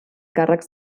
càrrecs